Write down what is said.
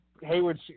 Hayward